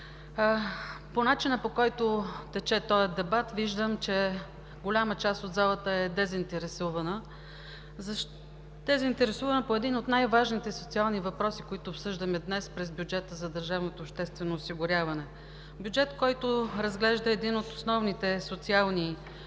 По начина, по който тече дебатът, виждам, че голяма част от залата е дезинтересирана по един от най-важните социални въпроси, които днес обсъждаме през бюджета за държавното обществено осигуряване – бюджет, който разглежда един от основните социални проблеми,